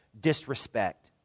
disrespect